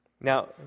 Now